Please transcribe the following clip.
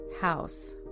house